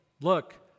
look